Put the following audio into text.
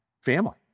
family